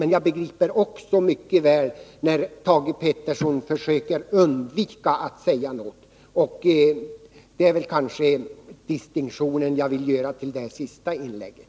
Men jag begriper också mycket väl, när Thage Peterson försöker undvika att säga något. Det är den distinktion jag vill göra till det senaste inlägget.